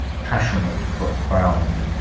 passionate, profound,